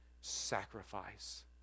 sacrifice